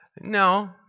No